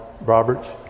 Roberts